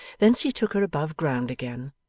thence, he took her above ground again,